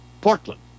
Portland